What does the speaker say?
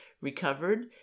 recovered